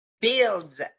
builds